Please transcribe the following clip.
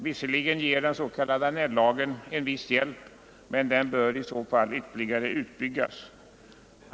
Visserligen ger den s.k. Annellagen en viss hjälp, men den bör i så fall ytterligare utbyggas.